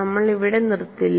നമ്മൾ ഇവിടെ നിർത്തില്ല